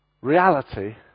reality